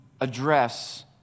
address